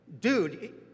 Dude